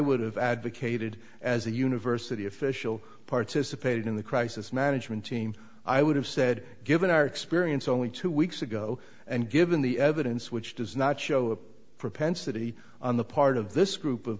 would have advocated as a university official participated in the crisis management team i would have said given our experience only two weeks ago and given the evidence which does not show a propensity on the part of this group of